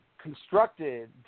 Constructed